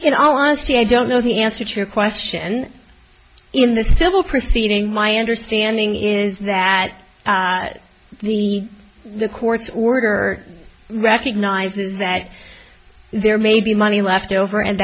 in all honesty i don't know the answer to your question in the civil proceeding my understanding is that the the court's order recognizes that there may be money left over and